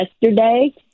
yesterday